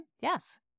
yes